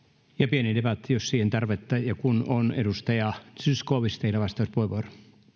pieni debatti jos siihen on tarvetta ja kun on edustaja zyskowicz teille vastauspuheenvuoro arvoisa